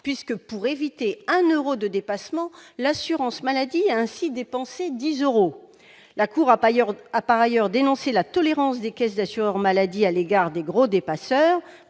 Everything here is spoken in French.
puisque, pour éviter un Euro de dépassement, l'assurance maladie a ainsi dépensé 10 euros, la cour a pas ailleurs d'appareils hors dénoncer la tolérance des Caisses d'assureurs maladie à l'égard des gros, des passeurs,